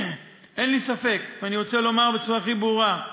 אין לי ספק, ואני רוצה לומר בצורה הכי ברורה,